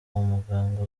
umuganga